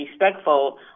respectful